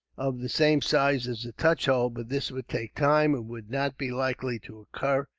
of the same size as the touch hole but this would take time, and would not be likely to occur,